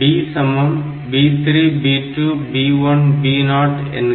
B B3 B2 B1 B0 என்க